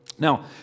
Now